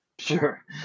Sure